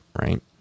right